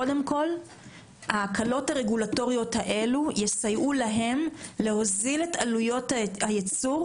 שקודם כול ההקלות הרגולטוריות האלה יסייעו להם להוזיל את עלויות הייצור,